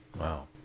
Wow